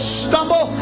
stumble